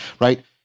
right